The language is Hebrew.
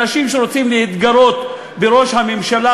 אנשים שרוצים להתגרות בראש הממשלה,